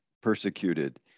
persecuted